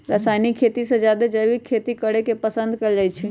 रासायनिक खेती से जादे जैविक खेती करे के पसंद कएल जाई छई